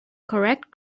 correct